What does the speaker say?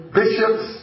bishops